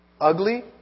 ugly